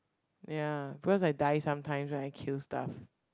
ya because I die sometimes when I kill stuff